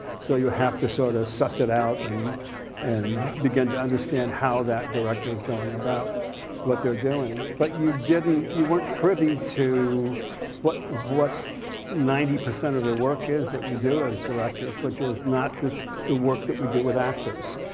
so you have to sort of suss it out and and begin to understand how that director is going about what they're doing. but you didn't, you weren't privy to what what ninety percent of the work is that we do as directors, which is not the work that we do with actors.